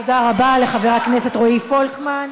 תודה רבה לחבר הכנסת רועי פולקמן.